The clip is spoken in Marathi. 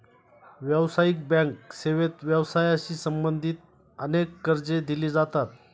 व्यावसायिक बँक सेवेत व्यवसायाशी संबंधित अनेक कर्जे दिली जातात